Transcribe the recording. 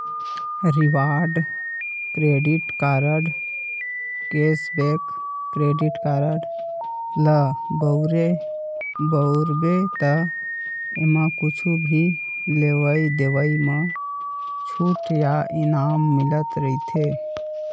reward credit card, cashback credit card ल बउरबे त एमा कुछु भी लेवइ देवइ म छूट या इनाम मिलत रहिथे